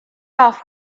off